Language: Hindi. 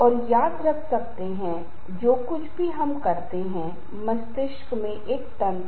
आइए अब जानते हैं हमारे तनाव का स्तर